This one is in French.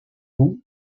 eaux